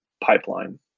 pipeline